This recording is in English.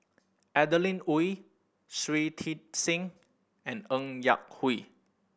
Adeline Ooi Shui Tit Sing and Ng Yak Whee